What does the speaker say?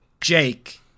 Jake